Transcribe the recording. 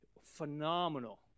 phenomenal